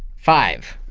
five,